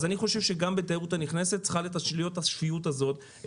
אני חושב שגם בתיירות הנכנסת צריכה להיות השפיות הזאת.